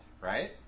right